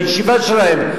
בישיבה שלהם,